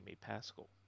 Pascal